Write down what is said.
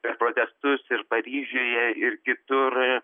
per protestus ir paryžiuje ir kitur